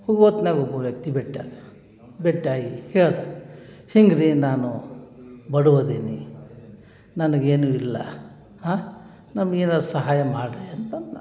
ಹೋಗೋ ಹೊತ್ನ್ಯಾಗ ಒಬ್ಬ ವ್ಯಕ್ತಿ ಭೇಟಿಯಾದ ಭೇಟಿಯಾಗಿ ಹೇಳಿದ ಹಿಂಗೆ ರೀ ನಾನು ಬಡವ ಅದೀನಿ ನನ್ಗೆ ಏನೂ ಇಲ್ಲ ಹಾ ನಮ್ಗೆ ಏನಾರ ಸಹಾಯ ಮಾಡಿರಿ ಅಂತಂದ